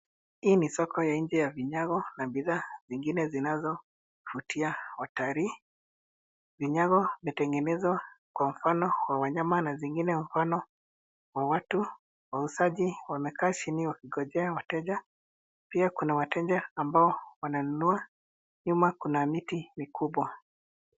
Hii ni soko ya nje ya vinyago na bidhaa zingine zinazovutia watalii. Vinyago imetengenezwa kwa mfano wa wanyama na zingine mfano wa watu. Wauzaji wamekaa chini wakingojea wateja. Pia kuna wateja ambao wananunua. Nyuma kuna miti mikubwa.